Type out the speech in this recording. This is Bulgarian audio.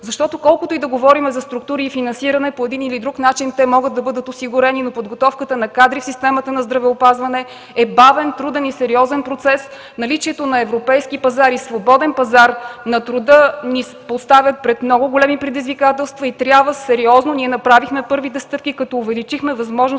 Колкото и да говорим за структури и финансиране, по един или друг начин те могат да бъдат осигурени, но подготовката на кадри в системата на здравеопазване е бавен, труден и сериозен процес. Наличието на европейски пазар, свободен пазар на труда ни поставя пред много големи предизвикателства – ние направихме първите стъпки, като увеличихме възможностите